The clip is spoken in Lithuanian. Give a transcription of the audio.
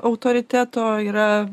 autoriteto yra